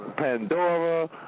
Pandora